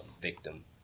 victim